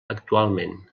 actualment